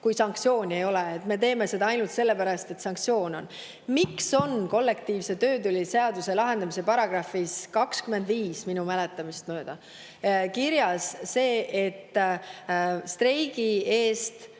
kui sanktsiooni ei ole, ja et me täidame neid ainult sellepärast, et sanktsioon on? Miks on kollektiivse töötüli seaduse lahendamise §‑s 25, minu mäletamist mööda, kirjas see, et streigi ajal